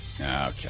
Okay